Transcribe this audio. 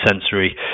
sensory